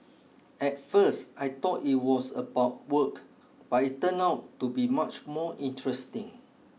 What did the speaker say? at first I thought it was about work but it turned out to be much more interesting